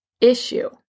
issue